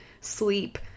sleep